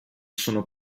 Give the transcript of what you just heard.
sono